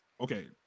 Okay